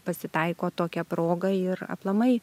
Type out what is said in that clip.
pasitaiko tokia proga ir aplamai